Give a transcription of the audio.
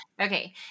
Okay